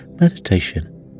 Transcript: meditation